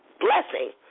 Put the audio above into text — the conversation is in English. blessing